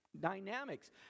dynamics